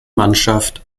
mannschaft